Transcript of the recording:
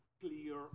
clear